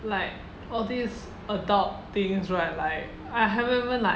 like all these adult things right like I haven't even like